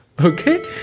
Okay